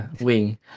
Wing